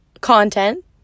content